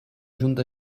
junta